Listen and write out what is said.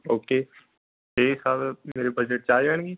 okay ਇਹ ਸਭ ਮੇਰੇ ਬਜਟ 'ਚ ਆ ਜਾਣਗੇ